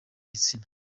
gitsina